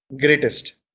greatest